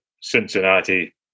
Cincinnati